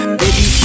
baby